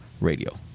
radio